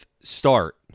start